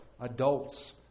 adults